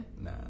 Nah